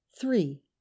three